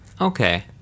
Okay